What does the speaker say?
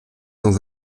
dans